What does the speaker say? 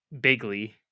bigly